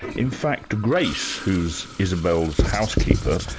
in fact grace, who's isabel's housekeeper,